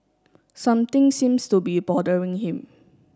something seems to be bothering him